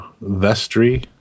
vestry